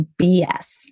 BS